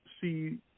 see